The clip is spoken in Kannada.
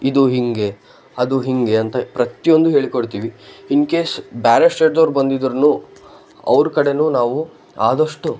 ಇದು ಹೀಗೆ ಅದು ಹೀಗೆ ಅಂತ ಪ್ರತಿಯೊಂದು ಹೇಳಿ ಕೊಡ್ತೀವಿ ಇನ್ಕೇಸ್ ಬೇರೆ ಸ್ಟೇಟಿನವರು ಬಂದಿದ್ರೂ ಅವರ ಕಡೆಯೂ ನಾವು ಆದಷ್ಟು